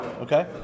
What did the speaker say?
Okay